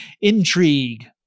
intrigue